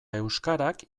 euskarak